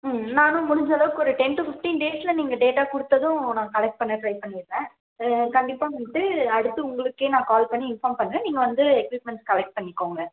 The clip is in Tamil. ம் நானும் முடிஞ்சளவுக்கு ஒரு டென் டூ ஃபிஃப்டின் டேஸில் நீங்கள் டேட்டா கொடுத்ததும் நான் கலெக்ட் பண்ண ட்ரை பண்ணி இருக்கேன் கண்டிப்பாக வந்துட்டு அடுத்து உங்களுக்கே நா கால் பண்ணி இன்ஃபார்ம் பண்ணுறேன் நீங்கள் வந்து எக்யூப்மெண்ட்ஸ் கலெக்ட் பண்ணிக்கோங்க